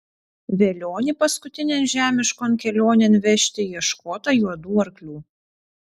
velionį paskutinėn žemiškon kelionėn vežti ieškota juodų arklių